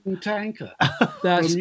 tanker